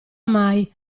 mai